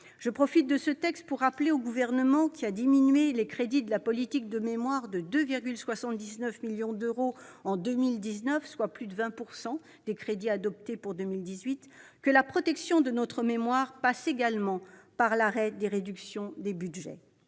de l'examen de ce texte pour rappeler au Gouvernement, qui a diminué les crédits alloués à la politique de mémoire de 2,79 millions d'euros en 2019, soit de plus de 20 % par rapport à 2018, que la protection de notre mémoire passe également par l'arrêt des réductions de budgets.